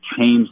change